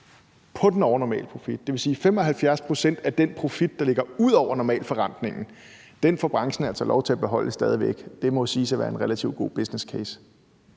på den overnormale profit. Det vil sige, at 75 pct. af den profit, der ligger ud over normalforrentningen, får branchen altså stadig væk lov til at beholde. Det må siges at være en relativt god businesscase.